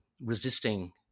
resisting